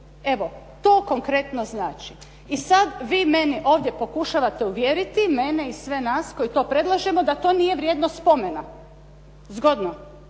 Evo, to konkretno znači. I sad vi mene ovdje pokušavate uvjeriti, mene i sve nas koji to predlažemo da to nije vrijedno spomena. Zgodno.